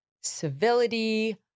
civility